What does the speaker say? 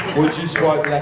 would you swipe